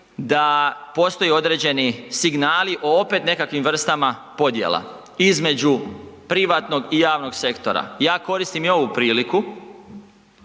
da postoje određeni signali o opet nekakvim vrstama podjela između privatnog i javnog sektora. Ja koristim i ovu priliku,